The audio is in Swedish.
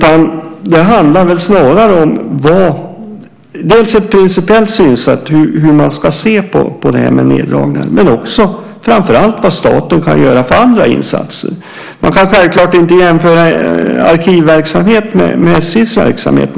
Och det handlar väl snarare om ett principiellt synsätt när det gäller hur man ska se på neddragningar men också framför allt vad staten kan göra för andra insatser. Man kan självklart inte jämföra arkivverksamhet med SJ:s verksamhet.